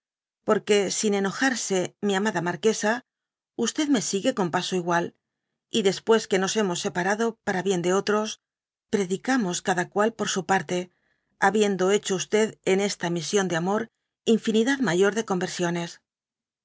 porque úa enojarse mi amada marquesa me sigue con paso igual y después que nos hemos separado para bien de otros predicamos cada cual por su parte habiendo hecho en esta misión de amor infinidad mayor de conversiones